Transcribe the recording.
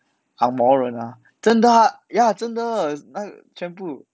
angmoh 人啦真的 ya 真的 ya 全部